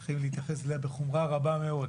צריך להתייחס לזה בחומרה רבה מאוד.